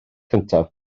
cyntaf